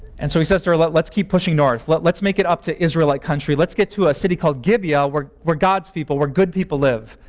and so he says to her, like let's keep pushing north. let's make it up to israelite country. let's get to a city called gibeah ah where where god's people, where good people, live.